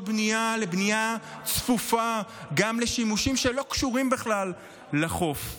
בנייה לבנייה צפופה גם לשימושים שלא קשורים בכלל לחוף.